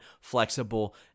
flexible